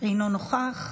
אינו נוכח.